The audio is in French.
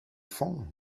fond